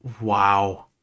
wow